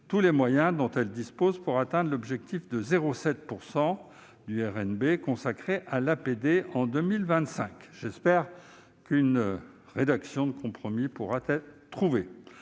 tous les moyens dont elle dispose pour atteindre l'objectif de 0,7 % du RNB consacré à l'APD en 2025. J'espère qu'une rédaction de compromis pourra être trouvée.